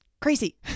Crazy